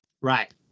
Right